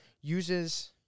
uses